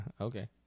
Okay